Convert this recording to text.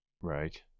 Right